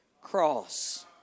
cross